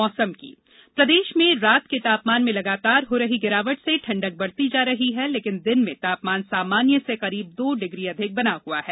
मौसम प्रदेश में रात के तामपान में लगातार हो रही गिरावट से ठंडक बढ़ती जा रही है लेकिन दिन में तापमान सामान्य से करीब दो डिग्री अधिक बना हुआ है